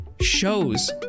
shows